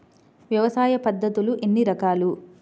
వ్యవసాయ పద్ధతులు ఎన్ని రకాలు?